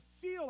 feel